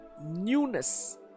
newness